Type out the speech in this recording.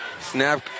Snap